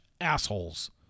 assholes